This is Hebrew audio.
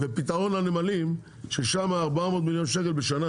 ופתרון לנמלים ששם 400 מיליון שקלים בשנה